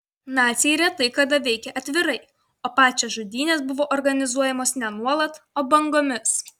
naciai retai kada veikė atvirai o pačios žudynės buvo organizuojamos ne nuolat o bangomis